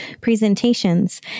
presentations